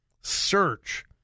search